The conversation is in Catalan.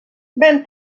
ben